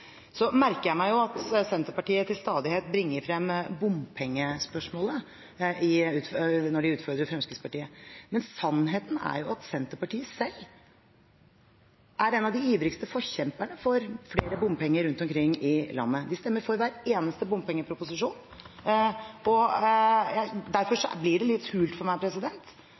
Så merker jeg meg at Senterpartiet til stadighet bringer frem bompengespørsmålet når de utfordrer Fremskrittspartiet. Men sannheten er at Senterpartiet selv er en av de ivrigste forkjemperne for flere bompenger rundt omkring i landet – de stemmer for hver eneste bompengeproposisjon. Derfor blir det litt hult for meg